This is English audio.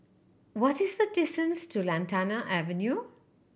what is the distance to Lantana Avenue